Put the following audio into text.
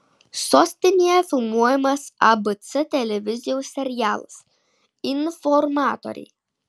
sostinėje filmuojamas abc televizijos serialas informatoriai